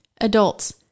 Adults